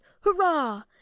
Hurrah